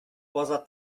poza